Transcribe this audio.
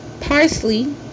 parsley